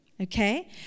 Okay